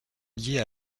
liés